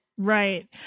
right